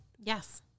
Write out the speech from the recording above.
Yes